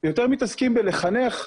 ויותר מתעסקים בלחנך,